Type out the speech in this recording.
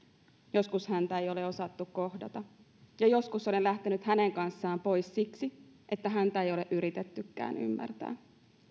joskus häntä ei ole osattu kohdata ja joskus olen lähtenyt hänen kanssaan pois siksi että häntä ei ole yritettykään ymmärtää